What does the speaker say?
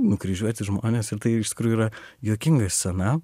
nukryžiuoti žmonės ir tai iš tikrųjų yra juokinga scena